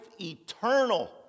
eternal